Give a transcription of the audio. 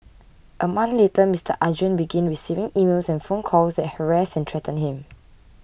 a month later Mister Arjun began receiving emails and phone calls that harassed and threatened him